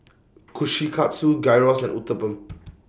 Kushikatsu Gyros and Uthapam